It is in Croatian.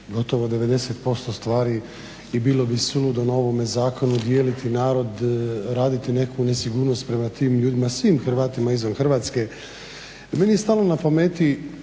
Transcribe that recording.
Hvala i vama.